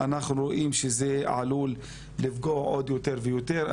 אנחנו רואים שזה עלול לפגוע עוד יותר ויותר.